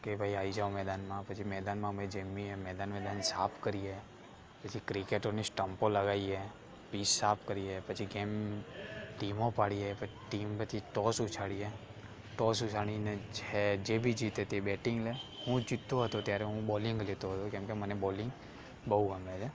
કે ભાઈ આવી જાઓ મેદાનમાં જે મેદાનમાં અમે જઈએ મેદાન બેદાન સાફ કરીએ પછી ક્રિકેટોની સ્ટમ્પો લગાઈએ પીચ સાફ કરીએ પછી ગેમ ટીમો પાડીએ ટીમ પરથી ટોસ ઉછાડીએ ટોસ ઉછાડીને જે એ જે બી જીતે તે બેટિંગ લે હું જીતતો હતો ત્યારે હું બોલિંગ લેતો હતો કેમ કે મને બોલિંગ બહુ ગમે છે